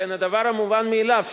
הדבר המובן מאליו,